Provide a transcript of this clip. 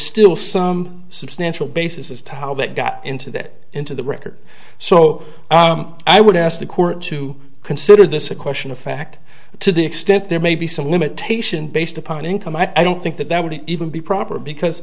still some substantial basis as to how that got into that into the record so i would ask the court to consider this a question of fact to the extent there may be some limitation based upon income i don't think that that would even be proper because